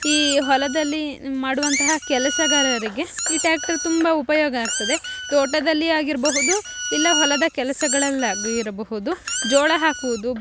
ಈ ಹೊಲದಲ್ಲಿ ಮಾಡುವಂತಹ ಕೆಲಸಗಾರರಿಗೆ ಈ ಟ್ಯಾಕ್ಟರ್ ತುಂಬ ಉಪಯೋಗ ಆಗ್ತದೆ ತೋಟದಲ್ಲಿ ಆಗಿರಬಹುದು ಇಲ್ಲ ಹೊಲದ ಕೆಲಸಗಳಲ್ಲಾಗಿರಬಹುದು ಜೋಳ ಹಾಕುವುದು